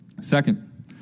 second